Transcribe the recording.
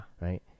Right